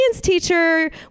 teacher